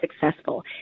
successful